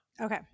Okay